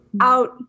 out